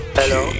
Hello